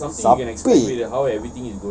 சப்பே:sappe